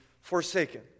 forsaken